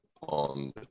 on